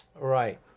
right